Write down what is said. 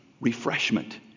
refreshment